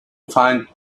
find